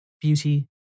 beauty